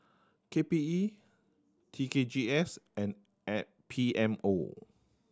K P E T K G S and and P M O